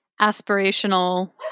aspirational